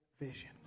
vision